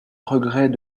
regret